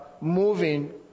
moving